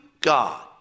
God